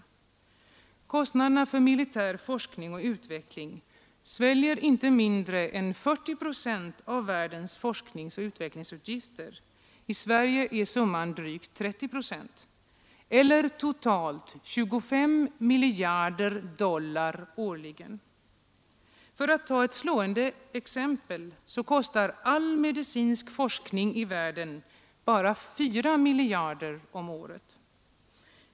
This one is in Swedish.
Kostnaderna för militär forskning och utveckling sväljer inte mindre än 40 procent av världens forskningsoch utvecklingsutgifter — i Sverige är summan drygt 30 procent — eller totalt 25 miljarder dollar årligen! För att ta ett slående exempel, så kostar all medicinsk forskning i världen bara 4 miljarder om året.